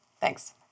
Thanks